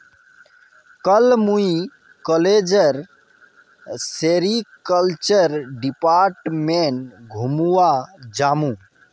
कल मुई कॉलेजेर सेरीकल्चर डिपार्टमेंट घूमवा जामु